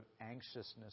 anxiousness